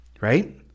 right